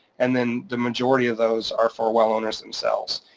and then the majority of those are for well owners themselves.